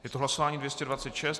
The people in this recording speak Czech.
Je to hlasování 226.